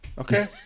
Okay